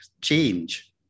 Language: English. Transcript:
change